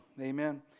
Amen